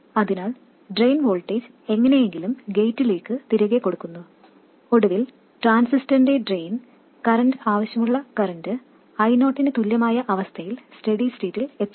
അതിനാൽ drain voltage എങ്ങനെയെങ്കിലും ഗേറ്റിലേക്ക് തിരികെ കൊടുക്കുന്നു ഒടുവിൽ ട്രാൻസിസ്റ്ററിന്റെ ഡ്രെയിൻ കറന്റ് ആവശ്യമുള്ള കറന്റ് I0 നു തുല്യമായ അവസ്ഥയിൽ സ്റ്റെഡി സ്റ്റേറ്റിൽ എത്തുന്നു